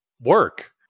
work